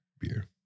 beer